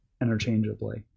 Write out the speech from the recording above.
interchangeably